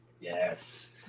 Yes